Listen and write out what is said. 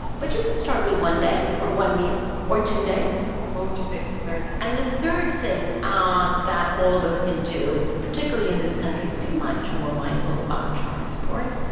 but you can start with one day or one meal or two days and what would you say is the third? and third thing um that all of us can do is, particularly in this country, be much more mindful about transport.